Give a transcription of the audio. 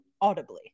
audibly